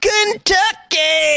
Kentucky